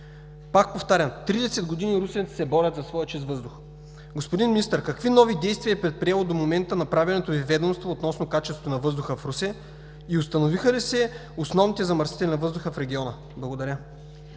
Пак повтарям, 30 години русенци се борят за своя чист въздух. Господин Министър, какви нови действия е предприело до момента повереното Ви ведомство относно качеството на въздуха в Русе? Установиха ли се основните замърсители на въздуха в региона? Благодаря.